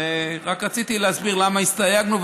רק רציתי להסביר למה הסתייגנו.